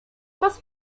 was